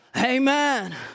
Amen